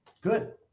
Good